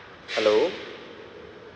hello